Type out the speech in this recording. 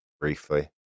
Briefly